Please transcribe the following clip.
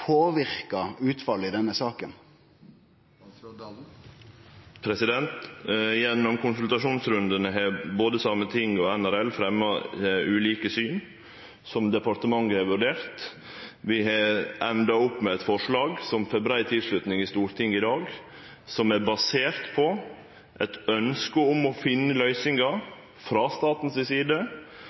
påverka utfallet i denne saka? Gjennom konsultasjonsrundane har både Sametinget og NRL fremja ulike syn som departementet har vurdert. Vi har enda opp med eit forslag som får brei tilslutning i Stortinget i dag, og som er basert på eit ønske om å finne løysingar frå staten si side,